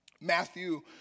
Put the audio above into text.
Matthew